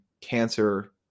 cancer